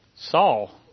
Saul